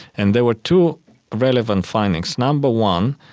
and there were two relevant findings. number one,